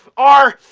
are.